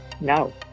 No